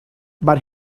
but